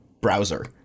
browser